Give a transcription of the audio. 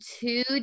two